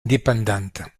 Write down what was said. indépendante